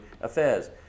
affairs